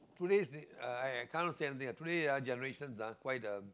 today's uh I I cannot say anything today ah generation ah quite um